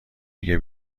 دیگه